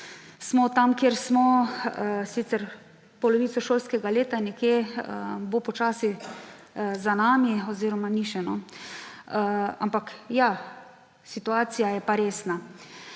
smo tam, kjer smo, sicer bo polovico šolskega leta počasi nekje za nami oziroma ni še, no, ampak, ja, situacija je pa resna.